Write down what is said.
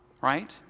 right